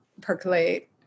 percolate